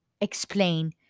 explain